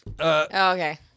Okay